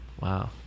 Wow